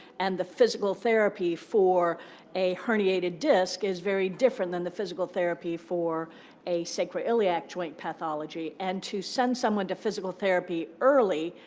and the physical therapy for a herniated disk is very different than the physical therapy for a sacroiliac joint pathology. and to send someone to physical therapy early,